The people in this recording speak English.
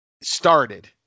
started